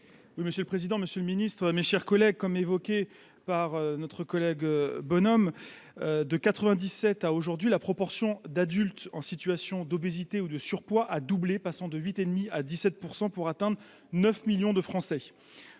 Monsieur le président, monsieur le ministre, mes chers collègues, M. Bonhomme l’a souligné, de 1997 à aujourd’hui, la proportion d’adultes en situation d’obésité ou de surpoids a doublé, passant de 8,5 % à 17 %, pour atteindre 9 millions de Français.